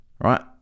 Right